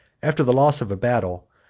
after the loss of a battle,